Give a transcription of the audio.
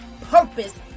purpose